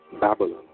Babylon